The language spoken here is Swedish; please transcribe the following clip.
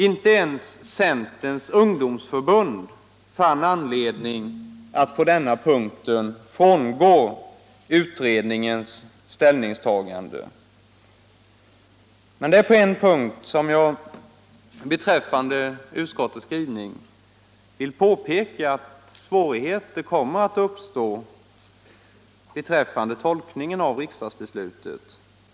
Inte ens Centerns ungdomsförbund fann anledning att på denna punkt frångå utredningens ställningstagande. På en punkt vill jag emellertid påpeka att svårigheter kommer att uppstå beträffande tolkningen av riksdagsbeslutet.